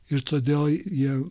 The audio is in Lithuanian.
ir todėl jiem